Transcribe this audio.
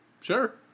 Sure